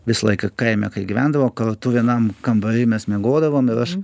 visą laiką kaime kad gyvendavo kartu vienam kambary mes miegodavom ir aš